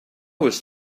was